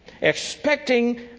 expecting